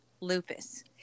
lupus